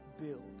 build